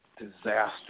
disaster